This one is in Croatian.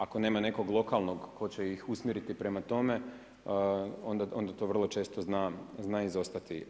Ako nema nekog lokalnog tko će ih usmjeriti prema tome, onda to vrlo često zna izostati.